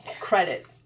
credit